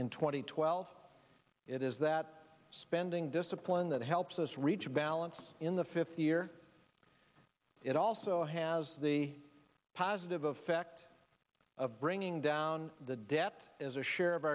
and twelve it is that spending discipline that helps us reach balance in the fifth year it also has the positive effect of bringing down the debt as a share of